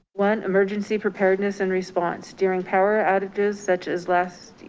one emergency preparedness and response during power outages, such as last